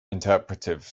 interpretive